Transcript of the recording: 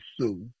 sue